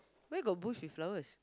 where got bush with flowers